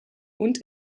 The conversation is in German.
und